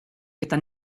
eta